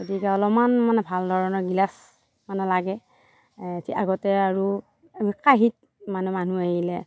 গতিকে অলপমান মানে ভাল ধৰণৰ গিলাচ মানে লাগে আগতে আৰু কাঁহীত মানে মানুহ আহিলে